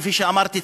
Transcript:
כפי שאמרתי,